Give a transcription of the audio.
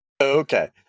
okay